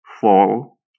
fall